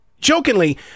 jokingly